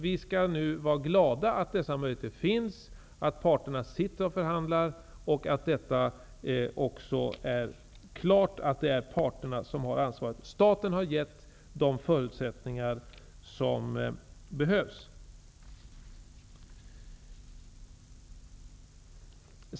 Vi skall nu vara glada över att dessa möjligheter finns, att parterna nu förhandlar och att det också är klart att det är parterna som har ansvaret. Staten har gett de förutsättningar som behövs.